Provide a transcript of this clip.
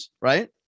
Right